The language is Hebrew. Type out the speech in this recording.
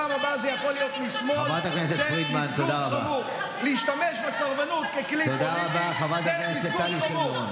לא מטריד אותך שסקטור שלם שיושב איתך מסרב לשרת?